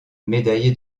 médaillé